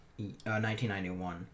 1991